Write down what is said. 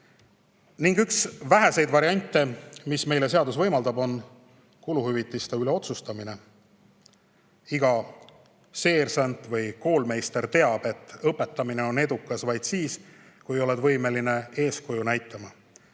Üks väheseid variante, mida meile seadus võimaldab, on kuluhüvitiste üle otsustamine. Iga seersant või koolmeister teab, et õpetamine on edukas vaid siis, kui oled võimeline eeskuju näitama.